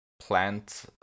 plant